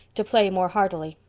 to play more heartily.